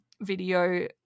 Video